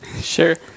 Sure